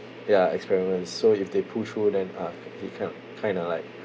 ya experiment so if they pull through then uh he can kind of like